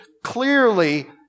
clearly